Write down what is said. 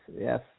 yes